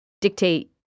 dictate